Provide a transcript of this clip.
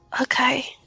okay